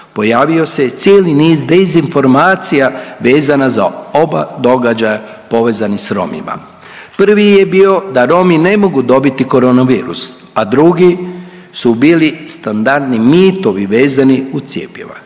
Pojavio se cijeli niz dezinformacija vezano za oba događaja povezanih s Romima. Prvi je bio da Romi ne mogu dobiti koronavirus, a drugi su bili standardni mitovi vezani uz cjepiva.